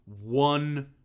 One